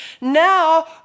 Now